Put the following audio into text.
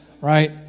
Right